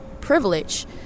privilege